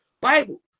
Bible